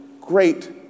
great